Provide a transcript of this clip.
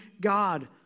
God